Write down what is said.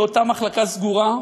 לאותה מחלקת סגורה.